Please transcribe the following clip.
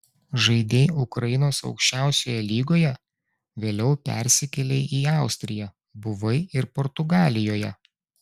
žaidei ukrainos aukščiausioje lygoje vėliau persikėlei į austriją buvai ir portugalijoje